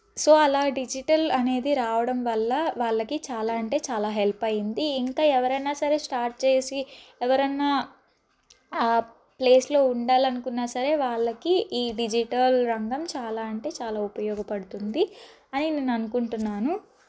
so అలా digital అనేది రావడం వల్ల వాళ్ళకి చాలా అంటే చాలా హెల్ప్ అయ్యింది ఇంకా ఎవరైనా సరే స్టార్ట్ చేసి ఎవరన్నా ఆ ప్లేస్లో ఉండాలి అనుకున్న సరే వాళ్ళకి ఈ డిజిటల్ రంగం చాలా అంటే చాలా ఉపయోగపడుతుంది అని నేను అనుకుంటున్నాను